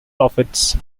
prophets